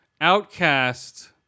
Outcast